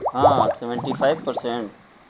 ہاں seventy five percent